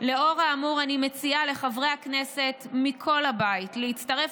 לאור האמור אני מציעה לחברי הכנסת מכל הבית להצטרף